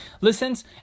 listens